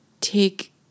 take